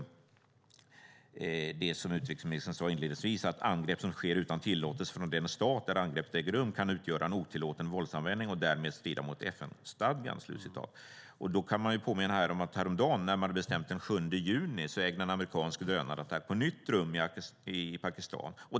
Utrikesministern sade inledningsvis att "angrepp som sker utan tillåtelse från den stat där angreppet äger rum kan utgöra en otillåten våldsanvändning och därmed strida mot FN-stadgan". Då kan jag påminna om att häromdagen, närmare bestämt den 7 juni, ägde en amerikansk drönarattack på nytt rum i Pakistan.